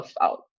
out